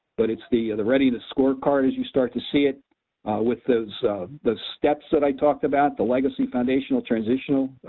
but it's the the readiness scorecard as you start to see it with the the steps that i talked about, the legacy, foundational, transitional,